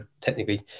technically